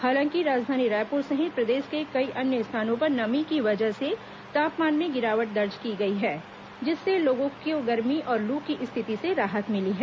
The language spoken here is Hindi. हालांकि राजधानी रायपुर सहित प्रदेश के कई अन्य स्थानों पर नमी की वजह से तापमान में गिरावट दर्ज की गई है जिससे लोगों को गर्मी और लू की स्थिति से राहत मिली है